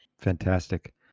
Fantastic